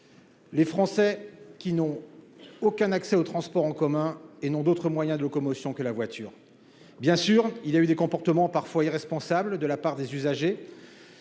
des Français qui n'ont aucun accès aux transports en commun et qui n'ont d'autre moyen de locomotion que la voiture. Bien sûr, il y a eu des comportements irresponsables de la part de certains